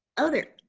oh there.